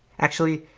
actually,